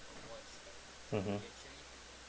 mmhmm